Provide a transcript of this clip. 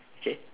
okay